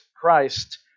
Christ